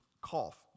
cough